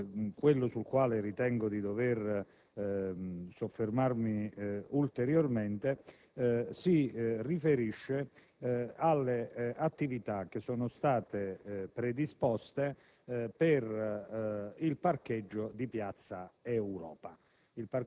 quello sul quale ritengo di dovermi soffermare ulteriormente - si riferisce alle attività che sono state predisposte per il parcheggio di piazza Europa.